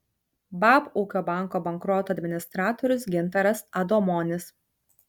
bab ūkio banko bankroto administratorius gintaras adomonis